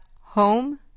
home